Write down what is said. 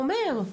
הוא אומר.